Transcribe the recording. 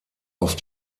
auf